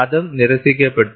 അതും നിരസിക്കപ്പെട്ടു